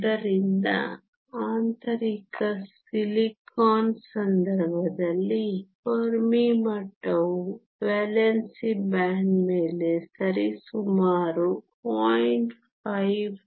ಆದ್ದರಿಂದ ಆಂತರಿಕ ಸಿಲಿಕಾನ್ ಸಂದರ್ಭದಲ್ಲಿ ಫೆರ್ಮಿ ಮಟ್ಟವು ವೇಲೆನ್ಸಿ ಬ್ಯಾಂಡ್ ಮೇಲೆ ಸರಿಸುಮಾರು 0